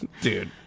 Dude